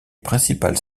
principales